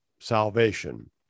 salvation